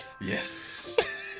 Yes